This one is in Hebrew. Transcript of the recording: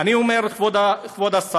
אני אומר לכבוד השר: